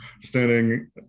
standing